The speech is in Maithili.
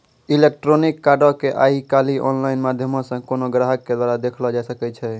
इलेक्ट्रॉनिक कार्डो के आइ काल्हि आनलाइन माध्यमो से कोनो ग्राहको के द्वारा देखलो जाय सकै छै